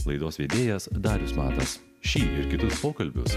laidos vedėjas darius matas šį ir kitus pokalbius